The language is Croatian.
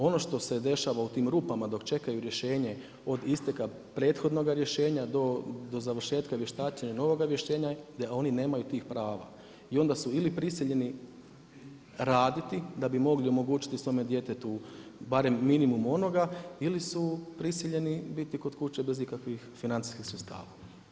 Ono što se dešava u tim rupama dok čekaju rješenje, od isteka prethodnog rješenja do završetka vještačenja novoga rješenja, oni nemaju tih prava i onda su ili prisiljeni raditi da bi mogli omogućiti svome djetetu barem minimum onoga ili su prisiljeni biti kod kuće bez ikakvih financijskih sredstava.